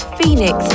Phoenix